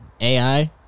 AI